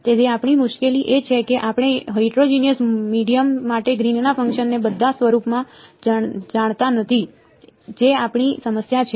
તેથી આપણી મુશ્કેલી એ છે કે આપણે હેટરોજિનિયસ મીડિયમ માટે ગ્રીનના ફંકશન ને બંધ સ્વરૂપમાં જાણતા નથી જે આપણી સમસ્યા છે